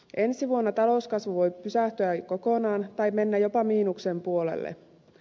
ensi vuonna talouskasvu voi pysähtyä kokonaan tai mennä jopa miinuksen puolelle